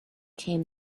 came